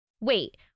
Wait